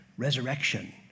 resurrection